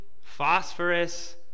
phosphorus